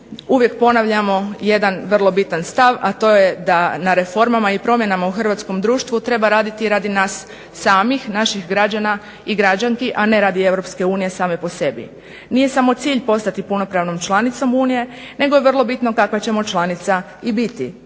uvijek ponavljamo jedan vrlo bitan stav, a to je da na reformama i promjenama u hrvatskom društvu treba raditi radi nas samih, naših građana i građanki, a ne radi EU same po sebi. Nije samo cilj postati punopravnom članicom unije nego je vrlo bitno kakva ćemo članica i biti.